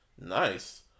Nice